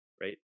right